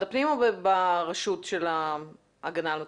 הפנים או ברשות של ההגנה על המצוק?